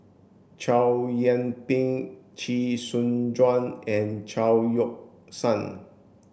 Chow Yian Ping Chee Soon Juan and Chao Yoke San